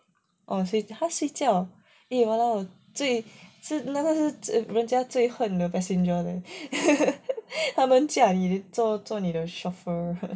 orh 所以 !huh! 睡觉 eh !walao! 最那个是人家最恨的 passenger leh 他们驾你做你的 chauffeur